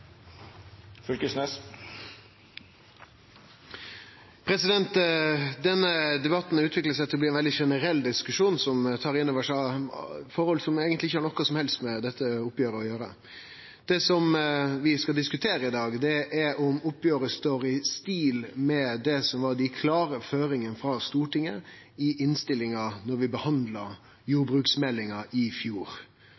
avslutta. Denne debatten utviklar seg til å bli ein veldig generell diskusjon som tar inn over seg forhold som eigentleg ikkje har noko som helst med dette oppgjeret å gjere. Det som vi skal diskutere i dag, er om oppgjeret står i stil med det som var dei klare føringane frå Stortinget i innstillinga da vi behandla